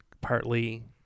partly